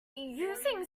using